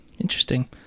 Interesting